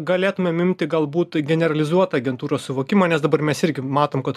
galėtumėm imti galbūt generalizuotą agentūros suvokimą nes dabar mes irgi matom kad